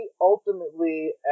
ultimately